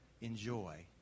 enjoy